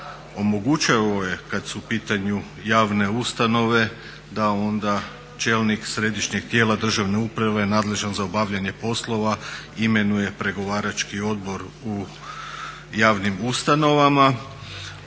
omogućio je kad su u pitanju javne ustanove da onda čelnik središnjeg tijela državne uprave nadležan za obavljanje poslova imenuje pregovarački odbor u javnim ustanovama.